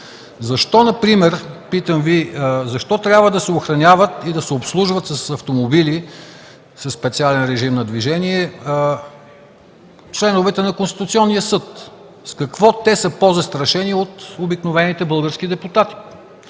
Защо например, питам Ви, трябва да се охраняват и да се обслужват с автомобили със специален режим на движение членовете на Конституционния съд? С какво те са по-застрашени от обикновените български депутати?